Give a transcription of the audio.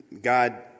God